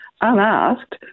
unasked